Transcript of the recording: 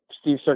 Steve